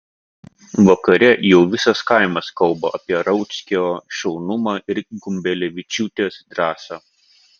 vakare jau visas kaimas kalba apie rauckio šaunumą ir gumbelevičiūtės drąsą